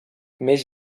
més